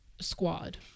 squad